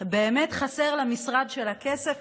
באמת חסר למשרד שלה כסף.